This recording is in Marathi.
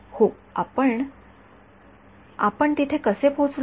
हो पण आपण तिथे कसे पोहोचलो